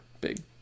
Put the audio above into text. big